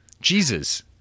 Jesus